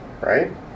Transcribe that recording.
Right